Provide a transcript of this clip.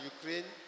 Ukraine